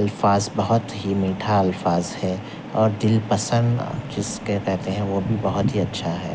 الفاظ بہت ہی میٹھا الفاظ ہے اور دلپسند جسے کیا کہتے ہیں وہ بھی بہت ہی اچھا ہے